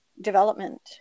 development